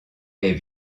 est